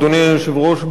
אדוני היושב-ראש,